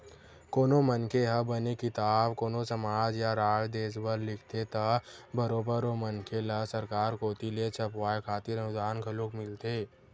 कोनो मनखे ह बने किताब कोनो समाज या राज देस बर लिखथे त बरोबर ओ मनखे ल सरकार कोती ले छपवाय खातिर अनुदान घलोक मिलथे